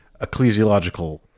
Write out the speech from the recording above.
ecclesiological